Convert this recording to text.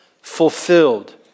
fulfilled